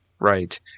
right